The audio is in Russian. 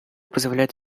позволят